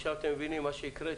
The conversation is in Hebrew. עכשיו אתם מבינים למה מה שקראתי